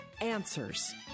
answers